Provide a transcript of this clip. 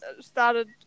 started